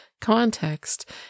context